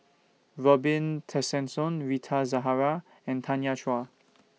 Robin Tessensohn Rita Zahara and Tanya Chua